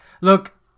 look